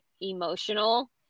emotional